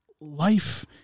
life